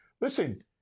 Listen